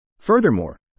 Furthermore